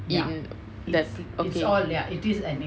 in the okay